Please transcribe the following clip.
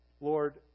Lord